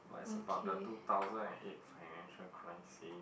like it's about the two thousand and eight financial crisis